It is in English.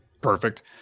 perfect